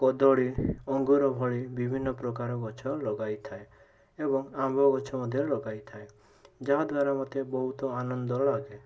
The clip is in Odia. କଦଳୀ ଅଙ୍ଗୁର ଭଳି ବିଭିନ୍ନ ପ୍ରକାର ଗଛ ଲଗାଇଥାଏ ଏବଂ ଆମ୍ବ ଗଛ ମଧ୍ୟ ଲଗାଇଥାଏ ଯାହାଦ୍ଵାରା ମୋତେ ବହୁତ ଆନନ୍ଦ ଲାଗେ